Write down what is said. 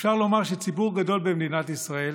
אפשר לומר שציבור גדול במדינת ישראל